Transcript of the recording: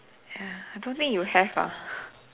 ya I don't think you have ah